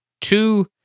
two